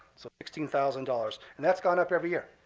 so sixteen thousand dollars. and that's gone up every year.